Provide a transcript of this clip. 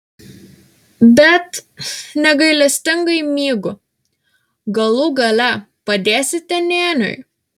bet negailestingai mygu galų gale padėsite nėniui